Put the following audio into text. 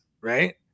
right